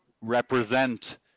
represent